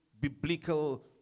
biblical